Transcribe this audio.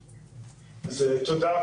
תודה,